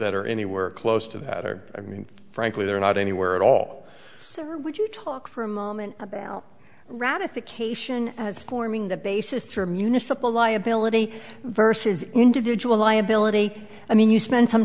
that are anywhere close to that or i mean frankly they're not anywhere at all so when you talk for a moment about ratification as forming the basis for municipal liability versus individual liability i mean you spent some